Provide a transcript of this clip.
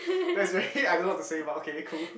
that's very I don't know what to say but okay cool